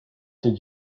did